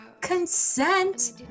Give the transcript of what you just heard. consent